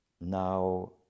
now